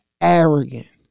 arrogant